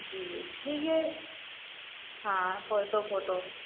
जी ठीक है हाँ फोटो फोटो